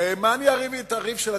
ומה אני אריב את הריב של הקואליציה?